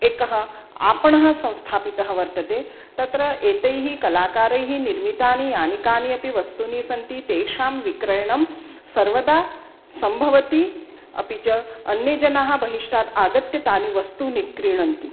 एकः आपणः संस्थापितः वर्तते तत्र एतैः कलाकारैः निर्मितानि यानि कानि अपि वस्तूनि सन्ति तेषां विक्रयणं सर्वदा सम्भवति अपि च अन्येजनाः बहिष्टात् आगत्य तानि वस्तूनि क्रीणन्ति